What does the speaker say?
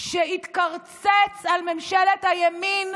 שהתקרצץ על ממשלת הימין,